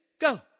Go